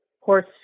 horse